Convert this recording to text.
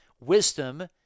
wisdom